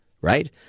right